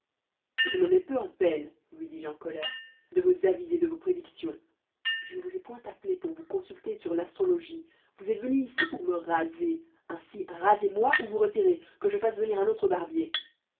je me mets peu en peine lui dis-je en colère de vos avis et de vos prédictions je ne vous ai point appelé pour vous consulter sur l'astrologie vous êtes venu ici pour me raser ainsi rasez moi ou vous retirez que je fasse venir un autre barbier